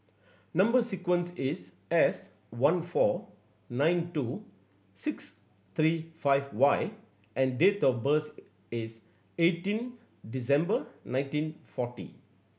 number sequence is S one four nine two six three five Y and date of birth is eighteen December nineteen forty